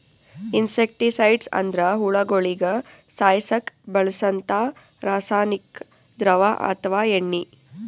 insecticides ಅಂದ್ರ ಹುಳಗೋಳಿಗ ಸಾಯಸಕ್ಕ್ ಬಳ್ಸಂಥಾ ರಾಸಾನಿಕ್ ದ್ರವ ಅಥವಾ ಎಣ್ಣಿ